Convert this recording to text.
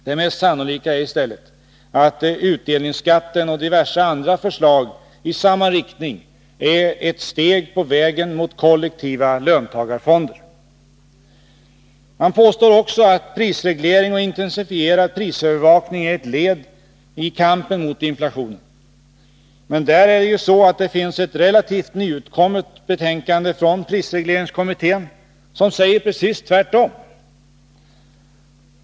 Det mest sannolika är i stället att utdelningsskatten och diverse andra förslag i samma riktning är ett steg på vägen mot kollektiva löntagarfonder. Man påstår också att prisreglering och intensifierad prisövervakning är ett led i kampen mot inflation. Men i det fallet är det ju så, att det finns ett relativt nyutkommet betänkande från prisregleringskommittén som säger precis tvärtom.